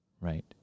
right